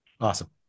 awesome